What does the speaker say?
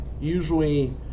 usually